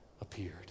appeared